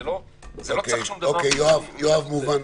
לא צריך שום דבר --- אוקיי, יואב, מובן.